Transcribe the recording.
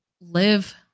live